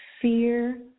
fear